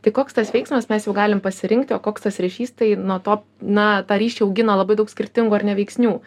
tai koks tas veiksmas mes jau galim pasirinkti o koks tas ryšys tai nuo to na tą ryšį augino labai daug skirtingų ar neveiksnių